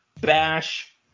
bash